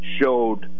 showed